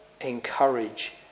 encourage